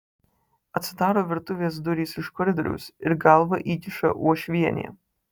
atsidaro virtuvės durys iš koridoriaus ir galvą įkiša uošvienė